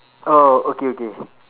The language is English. oh okay okay